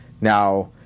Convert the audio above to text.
now